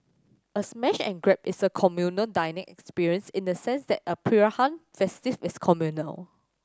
a smash and grab is a communal dining experience in the sense that a feast is communal